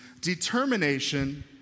determination